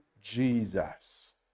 Jesus